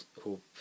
hope